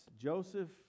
Joseph